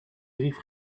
brief